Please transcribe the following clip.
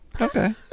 Okay